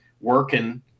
working